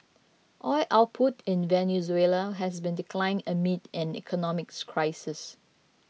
oil output in Venezuela has been declining amid an economic crisis